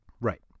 Right